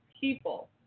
people